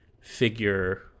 figure